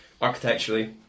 architecturally